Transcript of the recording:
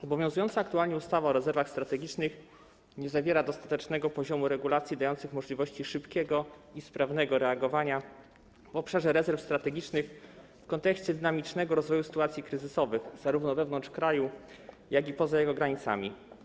Obowiązująca aktualnie ustawa o rezerwach strategicznych nie zawiera dostatecznego poziomu regulacji dających możliwości szybkiego i sprawnego reagowania w obszarze rezerw strategicznych w kontekście dynamicznego rozwoju sytuacji kryzysowych, zarówno wewnątrz kraju, jak i poza jego granicami.